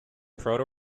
proto